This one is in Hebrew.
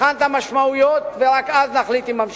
נבחן את המשמעויות ורק אז נחליט אם ממשיכים.